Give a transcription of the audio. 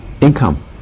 Income